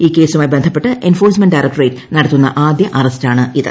ഈ കേസുമായി ബന്ധപ്പെട്ട് എൻഫോഴ്സ്മെന്റ് ഡയറക്ടറേറ്റ് നടത്തുന്ന ആദ്യ അറസ്റ്റാണിത്